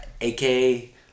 aka